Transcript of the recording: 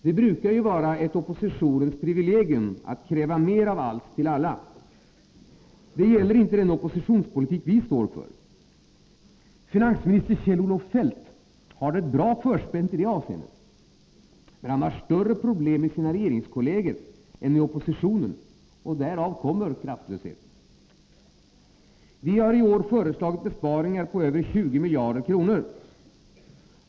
Det brukar vara ett oppositionens privilegium att kräva mer av allt till alla. Det gäller inte den oppositionspolitik vi står för. Finansminister Kjell-Olof Feldt har det bra förspänt i det avseendet. Men han har större problem med sina regeringskolleger än med oppositionen. Därav kommer kraftlösheten. I år har vi föreslagit besparingar på över 20 miljarder kronor.